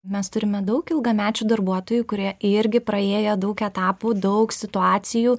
mes turime daug ilgamečių darbuotojų kurie irgi praėję daug etapų daug situacijų